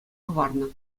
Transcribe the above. хӑварнӑ